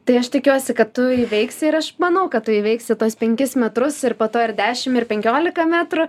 tai aš tikiuosi kad tu įveiksi ir aš manau kad tu įveiksi tuos penkis metrus ir po to ir dešim ir penkiolika metrų